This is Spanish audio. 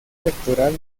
electoral